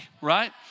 right